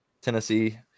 Tennessee